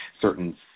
certain